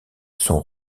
sont